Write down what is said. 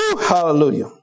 Hallelujah